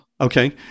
Okay